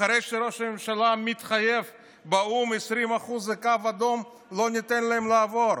אחרי שראש הממשלה מתחייב באו"ם ש-20% זה קו אדום שלא ניתן להם לעבור.